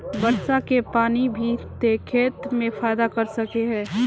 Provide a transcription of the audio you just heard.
वर्षा के पानी भी ते खेत में फायदा कर सके है?